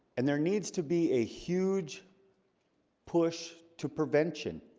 and there needs to be a huge push to prevention